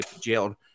jailed